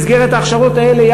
במסגרת ההכשרות האלה,